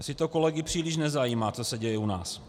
Asi to kolegy příliš nezajímá, co se děje u nás.